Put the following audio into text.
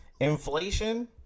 inflation